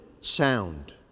sound